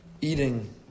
Eating